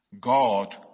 God